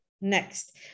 next